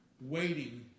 waiting